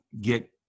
get